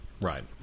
Right